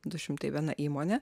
du šimtai viena įmonė